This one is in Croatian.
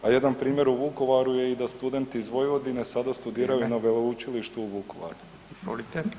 A jedan primjer je u Vukovaru je da i studenti iz Vojvodine sada studiraju na veleučilištu u Vukovaru.